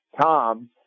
Tom